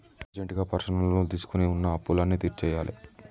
అర్జెంటుగా personal loan తీసుకొని వున్న అప్పులన్నీ తీర్చేయ్యాలే